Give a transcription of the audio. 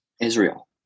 Israel